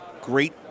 great